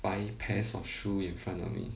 five pairs of shoe in front of me